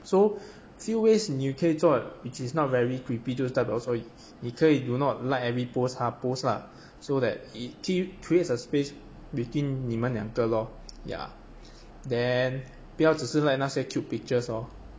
so few ways 你可以做 which is not very creepy 就是代表说你可以 do not like every post 她 post lah so that it cre~ creates a space between 你们两个 lor ya then 不要只是 like 那些 cute pictures lor